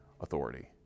authority